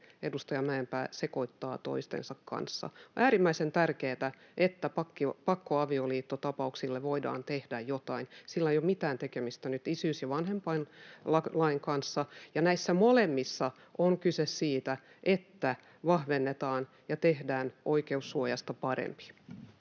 edustaja Mäenpää, sekoittaa toistensa kanssa. On äärimmäisen tärkeää, että pakkoavioliittotapauksille voidaan tehdä jotain. Sillä ei ole mitään tekemistä nyt isyys- ja vanhempainlain kanssa, ja näissä molemmissa on kyse siitä, että vahvennetaan oikeussuojaa ja